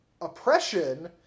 oppression